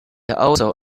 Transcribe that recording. also